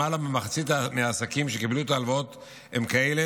למעלה ממחצית העסקים שקיבלו את ההלוואות הם כאלה